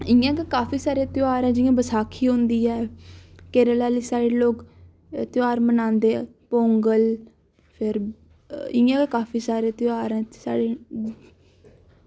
इं'या ते काफी सारे ध्यार जि'यां बैसाखी होंदी ऐ केरला आह्ली साईड लोग एह् ध्यार मनांदे पौंगल इ'यां गै काफी जादै ध्यार ऐ साढ़े